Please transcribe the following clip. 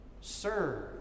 serve